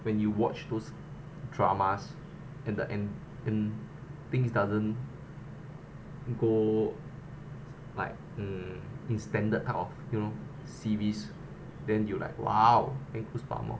when you watch those dramas at the end and things doesn't go like hmm in standard type of you know series then you like !wow! then goosebumps lor